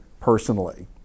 personally